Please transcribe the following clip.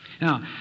Now